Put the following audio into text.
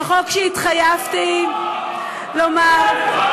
זה חוק שהתחייבתי לומר, לא.